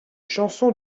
chanson